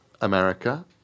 America